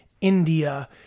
india